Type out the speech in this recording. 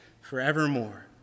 forevermore